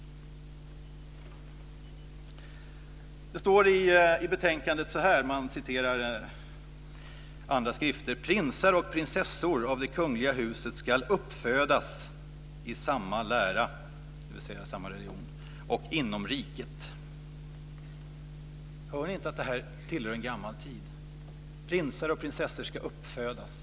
I betänkandet återger man andra skrifter, och skriver: Prinsar och prinsessor av det kungliga huset ska uppfödas i samma lära - dvs. samma religion - och inom riket. Hör ni inte att detta tillhör en gammal tid? Prinsar och prinsessor ska uppfödas!